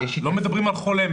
לא מדברים על חולה.